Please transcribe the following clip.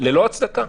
ללא הצדקה,